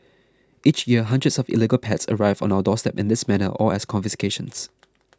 each year hundreds of illegal pets arrive on our doorstep in this manner or as confiscations